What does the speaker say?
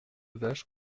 vaches